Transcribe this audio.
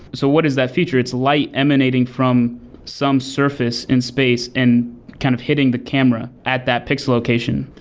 so what is that feature? its light emanating from some surface in space and kind of hitting the camera at that pic's location.